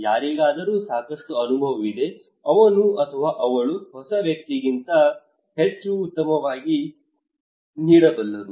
ಯಾರಿಗಾದರೂ ಸಾಕಷ್ಟು ಅನುಭವವಿದೆ ಅವನು ಅಥವಾ ಅವಳು ಹೊಸ ವ್ಯಕ್ತಿಗಿಂತ ಹೆಚ್ಚು ಉತ್ತಮವಾಗಿ ನೀಡಬಲ್ಲರು